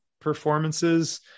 performances